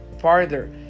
farther